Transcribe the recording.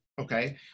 Okay